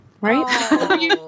Right